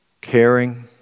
caring